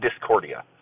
Discordia